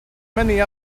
many